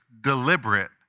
deliberate